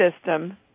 system